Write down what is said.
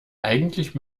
eigentlich